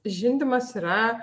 žindymas yra